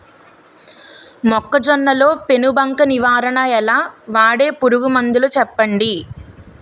మొక్కజొన్న లో పెను బంక నివారణ ఎలా? వాడే పురుగు మందులు చెప్పండి?